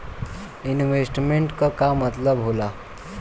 Investment क का मतलब हो ला?